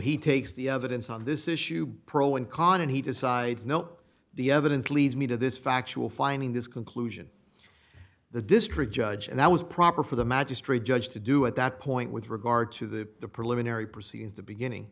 he takes the evidence on this issue pro and con and he decides no the evidence leads me to this factual finding this conclusion the district judge and that was proper for the magistrate judge to do at that point with regard to the preliminary proceedings the beginning